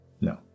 No